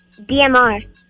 DMR